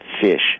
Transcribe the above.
fish